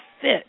fit